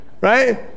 right